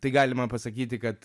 tai gali man pasakyti kad